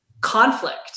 conflict